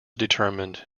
determined